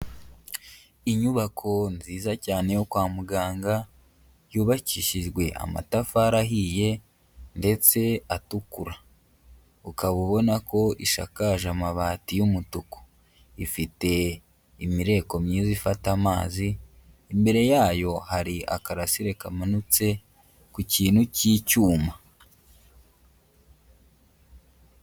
Inyubako nziza cyane yo kwa muganga, yubakishijwe amatafari ahiye ndetse atukura, ukaba ubona ko ishakakaje amabati y'umutuku, ifite imireko myiza ifata amazi, imbere yayo hari akarasire kamanitse ku kintu cy'icyuma.